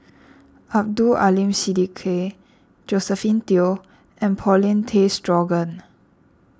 Abdul Aleem Siddique Josephine Teo and Paulin Tay Straughan